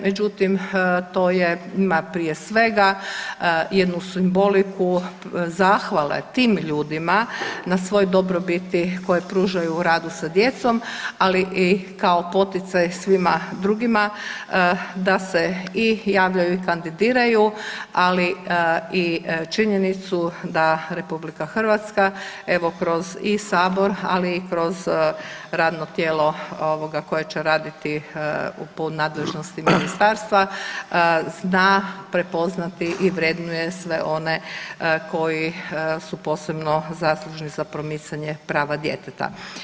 Međutim, to je ima prije svega jednu simboliku zahvale tim ljudima na svoj dobrobiti koju pružaju u radu sa djecom, ali i kao poticaj svima drugima da se i javljaju i kandidiraju, ali i činjenicu da Republika Hrvatska evo kroz i Sabor, ali i kroz radno tijelo koje će raditi u nadležnosti Ministarstva zna prepoznati i vrednuje sve one koji su posebno zaslužni za promicanje prava djeteta.